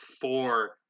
four